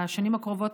בשנים הקרובות,